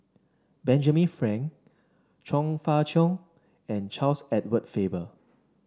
Benjamin Frank Chong Fah Cheong and Charles Edward Faber